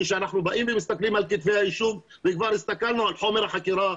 כשאנחנו באים ומסתכלים על כתבי האישום וכבר הסתכלנו על חומר החקירה,